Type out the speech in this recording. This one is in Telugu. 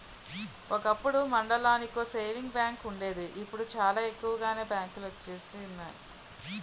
ఒకప్పుడు మండలానికో సేవింగ్స్ బ్యాంకు వుండేది ఇప్పుడు చాలా ఎక్కువగానే బ్యాంకులొచ్చినియి